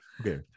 okay